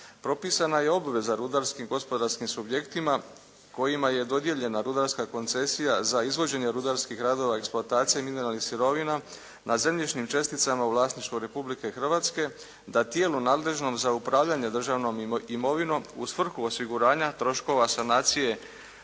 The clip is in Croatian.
Propisana je i obveza rudarskim gospodarskim subjektima kojima je dodijeljena rudarska koncesija za izvođenje rudarskih radova i eksploatacije mineralnih sirovina na zemljišnim česticama u vlasništvu Republike Hrvatske da tijelu nadležnom za upravljanje državnom imovinom u svrhu osiguranja troškova sanacije